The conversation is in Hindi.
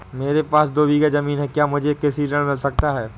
मेरे पास दो बीघा ज़मीन है क्या मुझे कृषि ऋण मिल सकता है?